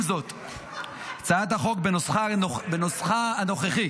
עם זאת, הצעת החוק בנוסחה הנוכחי